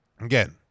Again